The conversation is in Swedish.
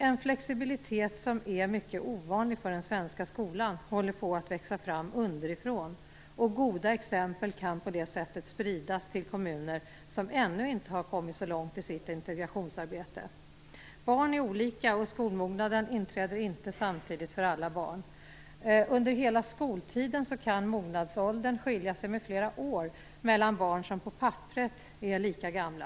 En flexibilitet som är mycket ovanlig för den svenska skolan håller på att växa fram underifrån, och goda exempel kan på det sättet spridas till kommuner som ännu inte har kommit så långt med sitt integrationsarbete. Barn är olika, och skolmognaden inträder inte samtidigt för alla barn. Under hela skoltiden kan mognadsåldern skilja sig flera år mellan barn som på papperet är lika gamla.